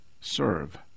Serve